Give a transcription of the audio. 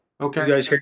Okay